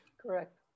Correct